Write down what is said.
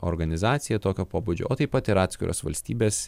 organizacija tokio pobūdžio o taip pat ir atskiros valstybės